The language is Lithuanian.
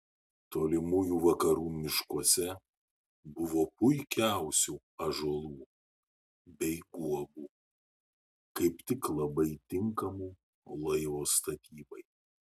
tolimųjų vakarų miškuose buvo puikiausių ąžuolų bei guobų kaip tik labai tinkamų laivo statybai